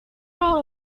all